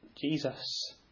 Jesus